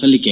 ಸಲ್ಲಿಕೆ